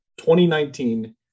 2019